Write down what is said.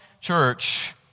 church